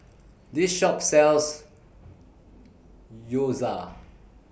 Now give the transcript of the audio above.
This Shop sells Gyoza